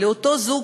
אותו זוג